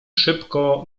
szybko